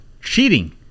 cheating